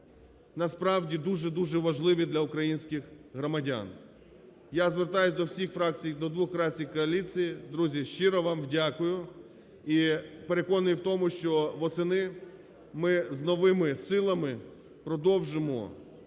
насправді дуже-дуже важливі для українських громадян. Я звертаюсь до всіх фракцій і до двох коаліції. Друзі, щиро вам дякую! І переконаний в тому, що восени ми з новими силами продовжимо